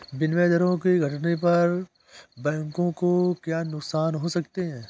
विनिमय दरों के घटने पर बैंकों को क्या नुकसान हो सकते हैं?